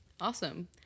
awesome